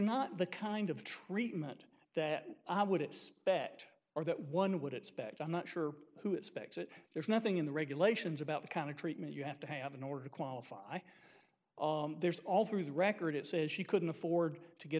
not the kind of treatment that i would expect or that one would expect i'm not sure who expects it there's nothing in the regulations about the kind of treatment you have to have in order to qualify there's all through the record it says she couldn't afford to get